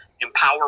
empower